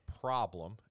problem